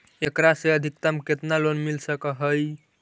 एकरा से अधिकतम केतना लोन मिल सक हइ?